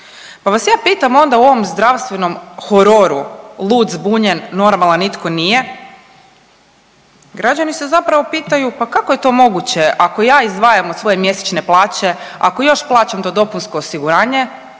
Pa vas ja pitam onda u ovom zdravstvenom hororu lud, zbunjen, normalan nitko nije građani se zapravo pitaju pa kako je to moguće ako ja izdvajam od svoje mjesečne plaće, ako još plaćam još to dopunsko osiguranje,